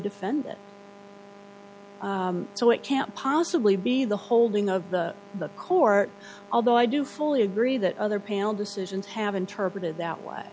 defendant so it can't possibly be the holding of the court although i do fully agree that other panel decisions have interpreted that way